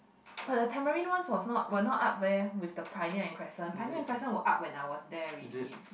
but the Tamarind ones was not were not up leh with the Pioneer and Crescent Pioneer and Crescent were up when I was there already